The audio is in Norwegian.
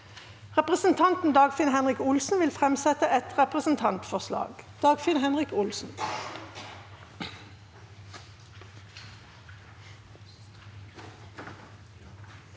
Representanten Dagfinn Henrik Olsen vil framsette et representantforslag.